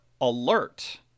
alert